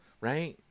Right